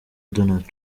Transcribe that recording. donald